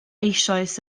eisoes